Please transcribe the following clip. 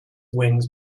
wings